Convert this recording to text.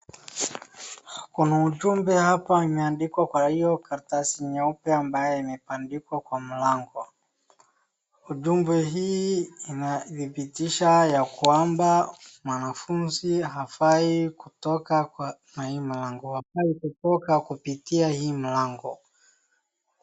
Kuna ujumbe hapa imeandikwa kwa hiyo karatasi nyeupe ambayo imebandikwa kwa mlango. Ujumbe hii inadhibitisha ya kwamba mwanafunzi hawafai kutoka kwa hii mlango hawafai kutoka kupitia hii mlango.